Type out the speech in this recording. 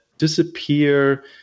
disappear